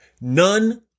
None